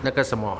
那个什么